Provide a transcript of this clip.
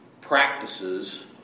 practices